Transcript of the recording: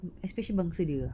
mm especially bangsa dia